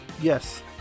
Yes